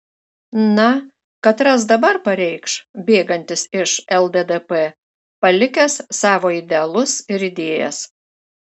na katras dabar pareikš bėgantis iš lddp palikęs savo idealus ir idėjas